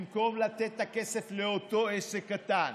במקום לתת את הכסף לאותו עסק קטן.